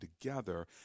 together